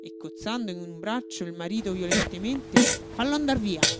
e cozzando in un braccio il marito violentemente fallo andar via